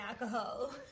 alcohol